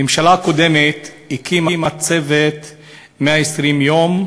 הממשלה הקודמת הקימה את "צוות 120 הימים",